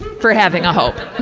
for having a hope. ah